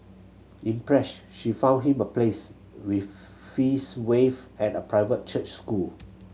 impressed she found him a place with fees waived at a private church school